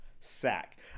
Sack